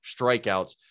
strikeouts